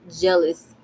jealous